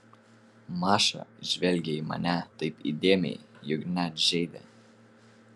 maša žvelgė į mane taip įdėmiai jog net žeidė